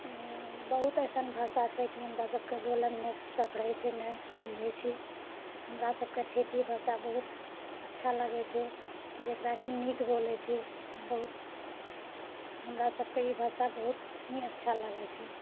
बहुत अइसन भाषा छै कि हमरा सबकऽ बोलैमे नै सपरै छै नइँ समझै छी हमरा सबकऽ ठेठी भाषा बहुत अच्छा लागै छै जेकरा कि नीक बोलै छी बहुत हमरा सबकऽ ई भाषा बहुत ही अच्छा लागै छै